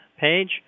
page